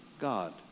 God